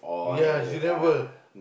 ya didn't work